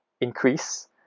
increase